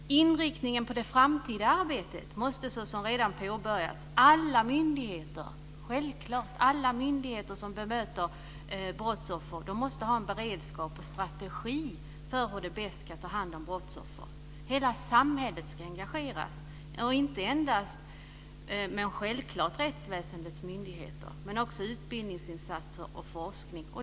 Inriktningen på det framtida arbetet - det har redan påbörjats - måste vara att alla myndigheter som bemöter brottsoffer måste ha en beredskap och strategi för hur de bäst ska ta hand om brottsoffer. Hela samhället ska engageras och inte endast rättsväsendets myndigheter, även om det är självklart. Det ska också ske utbildningsinsatser och forskning.